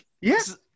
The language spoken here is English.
Yes